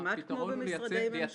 כמעט כמו במשרדי ממשלה.